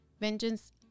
vengeance